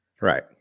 Right